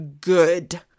good